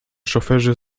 szoferzy